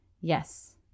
Yes